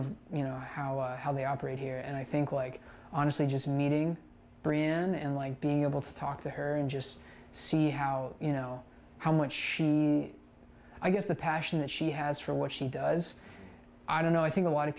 of you know how they operate here and i think like honestly just meeting bran and being able to talk to her and just see how you know how much she i guess the passion that she has for what she does i don't know i think a lot of